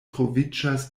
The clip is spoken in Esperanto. troviĝas